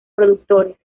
productores